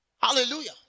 Hallelujah